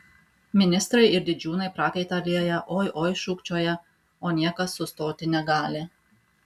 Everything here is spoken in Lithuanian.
ministrai ir didžiūnai prakaitą lieja oi oi šūkčioja o niekas sustoti negali